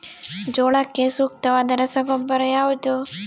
ಜೋಳಕ್ಕೆ ಸೂಕ್ತವಾದ ರಸಗೊಬ್ಬರ ಯಾವುದು?